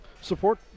support